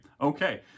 Okay